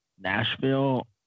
Nashville